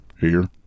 Here